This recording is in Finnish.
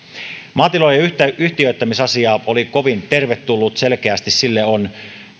maatilojen yhtiöittämisasia oli kovin tervetullut selkeästi sille on